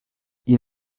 est